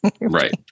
right